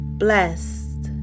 blessed